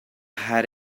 had